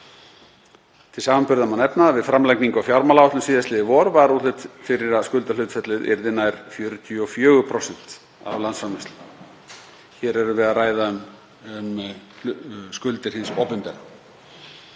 Til samanburðar má nefna að við framlagningu á fjármálaáætlun síðastliðið vor var útlit fyrir að skuldahlutfallið yrði nær 44% af landsframleiðslu. Hér erum við að ræða skuldir hins opinbera.